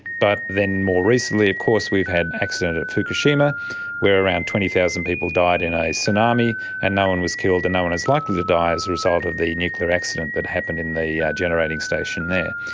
but then more recently of course we've had the accident at fukushima where around twenty thousand people died in a tsunami and no one was killed and no one is likely to die as a result of the nuclear accident that happened in the generating station there.